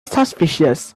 suspicious